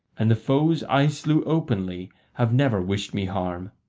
and the foes i slew openly have never wished me harm.